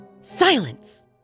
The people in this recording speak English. silence